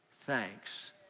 thanks